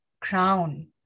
Crown